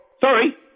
Sorry